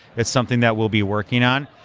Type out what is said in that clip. it's something that we'll be working on,